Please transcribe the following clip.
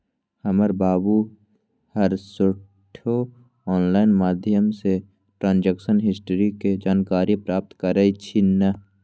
हमर बाबू हरसठ्ठो ऑनलाइन माध्यमें से ट्रांजैक्शन हिस्ट्री के जानकारी प्राप्त करइ छिन्ह